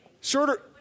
Shorter